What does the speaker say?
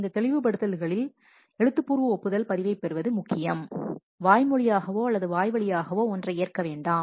இந்த தெளிவுபடுத்தல்களின் எழுத்துப்பூர்வ ஒப்புதல் பதிவைப் பெறுவது முக்கியம் வாய்மொழியாகவோ அல்லது வாய்வழியாகவோ ஒன்றை ஏற்க வேண்டாம்